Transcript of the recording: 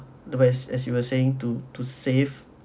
the as as you were saying to to save